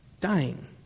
dying